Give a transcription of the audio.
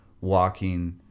walking